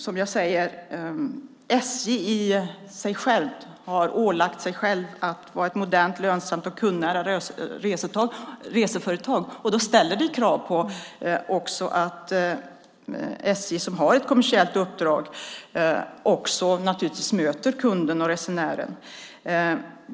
Som jag sade har SJ ålagt sig självt att vara ett modernt, lönsamt och kundnära reseföretag, och då ställer det krav på att SJ, som har ett kommersiellt uppdrag, också möter kunden, resenären.